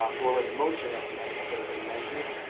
or the motion and amendments that have been mentioned.